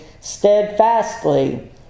steadfastly